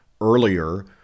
earlier